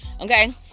Okay